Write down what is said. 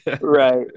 Right